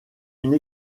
une